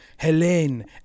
Helene